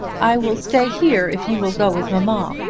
i will stay here if you will go with mamma.